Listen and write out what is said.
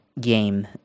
game